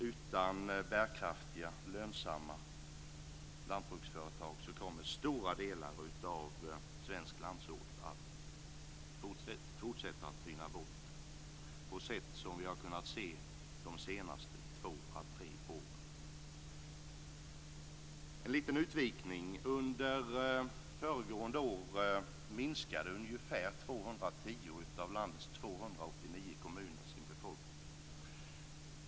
Utan bärkraftiga lönsamma lantbruksföretag kommer stora delar av svensk landsort att fortsätta att tyna bort på sätt som vi har kunnat se de senaste två à tre åren. Jag skall göra en liten utvikning. Under föregående år minskade ungefär 210 av landets 289 kommuner sin befolkning.